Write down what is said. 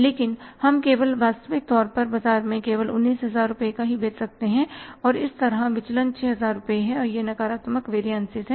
लेकिन हम केवल वास्तविक तौर पर बाजार में केवल 19000 रुपये का ही बेच सकते हैं और इस तरह विचलन 6000 है और यह नकारात्मक वेरियनसिस है